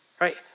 right